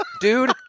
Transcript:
dude